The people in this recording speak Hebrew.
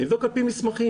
נבדוק על פי מסמכים.